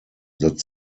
that